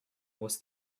was